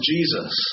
Jesus